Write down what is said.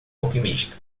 alquimista